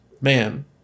Man